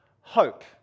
hope